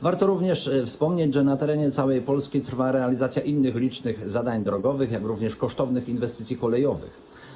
Warto również wspomnieć, że na terenie całej Polski trwa realizacja innych licznych zadań drogowych, jak również kosztownych inwestycji kolejowych.